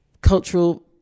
cultural